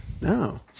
No